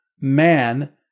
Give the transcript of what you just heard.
man